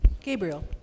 Gabriel